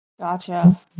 Gotcha